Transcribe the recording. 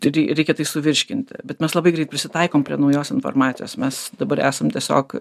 rei reikia tai suvirškinti bet mes labai greit prisitaikom prie naujos informacijos mes dabar esam tiesiog